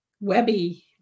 webby